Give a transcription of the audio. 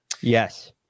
Yes